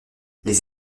les